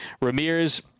Ramirez